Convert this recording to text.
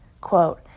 quote